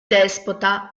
despota